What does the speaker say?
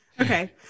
Okay